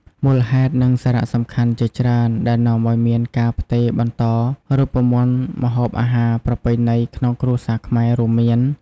មូលហេតុ និងសារៈសំខាន់ជាច្រើនដែលនាំឱ្យមានការផ្ទេរបន្តរូបមន្តម្ហូបអាហារប្រពៃណីក្នុងគ្រួសារខ្មែរ រួមមាន៖